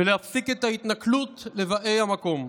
ולהפסיק את ההתנכלות לבאי המקום.